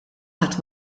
ħadd